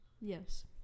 Yes